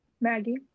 maggie